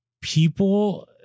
people